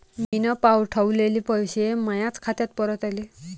मीन पावठवलेले पैसे मायाच खात्यात परत आले